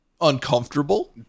uncomfortable